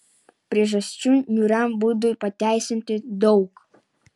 priežasčių niūriam būdui pateisinti daug